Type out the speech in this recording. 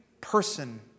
person